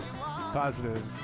positive